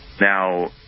Now